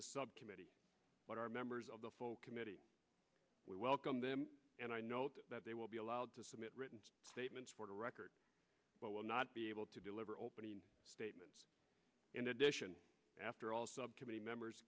this committee what our members of the committee we welcome them and i know that they will be allowed to submit written statements for the record but will not be able to deliver opening statements in addition after all subcommittee members